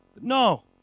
No